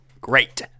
Great